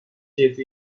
yedi